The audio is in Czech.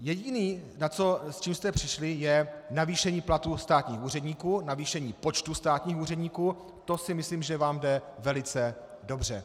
Jediné, s čím jste přišli, je navýšení platů státních úředníků, navýšení počtu státních úředníků, to si myslím, že vám jde velice dobře.